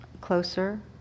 closer